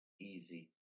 easy